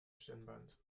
stirnband